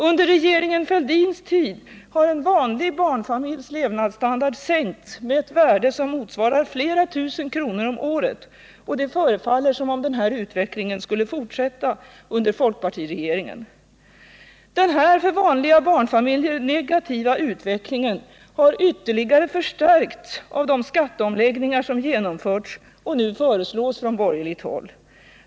Under regeringen Fälldins tid har en vanlig barnfamiljs levnadsstandard sänkts med ett värde som motsvarar flera tusen kronor om året, och det förefaller som om denna utveckling skulle fortsätta under folkpartiregeringen. Den här för vanliga barnfamiljer negativa utvecklingen har ytterligare förstärkts av de skatteomläggningar som genomförts och föreslås från borgerligt håll.